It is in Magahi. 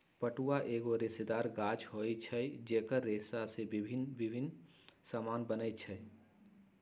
पटुआ एगो रेशेदार गाछ होइ छइ जेकर रेशा से भिन्न भिन्न समान बनै छै